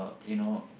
you know